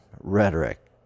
Rhetoric